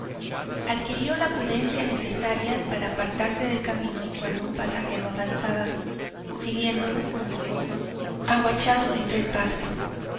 adquirió la prudencia necesaria para apartarse del camino cuando un pasajero avanzaba siguiéndolo con los ojos aguachado entre el pasto